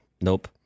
nope